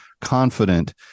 confident